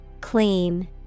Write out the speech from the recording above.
Clean